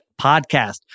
podcast